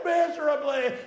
miserably